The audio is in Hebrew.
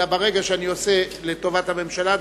אלא ברגע שאני עושה דבר לטובת הממשלה,